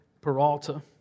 Peralta